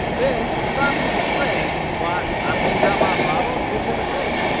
then, if i meets a friend, why, i pulls out my bottle and gives him a drink.